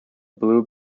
blue